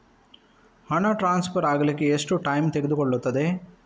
ಹಣ ಟ್ರಾನ್ಸ್ಫರ್ ಅಗ್ಲಿಕ್ಕೆ ಎಷ್ಟು ಟೈಮ್ ತೆಗೆದುಕೊಳ್ಳುತ್ತದೆ?